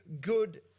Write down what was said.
good